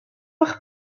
eich